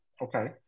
okay